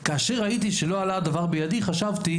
כאשר ראיתי שלא עלה הדבר בידי חשבתי,